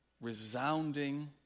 resounding